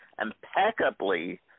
impeccably